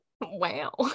Wow